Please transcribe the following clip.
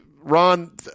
Ron